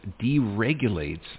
deregulates